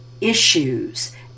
issues